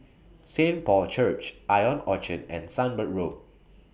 Saint Paul's Church Ion Orchard and Sunbird Road